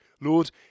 Lord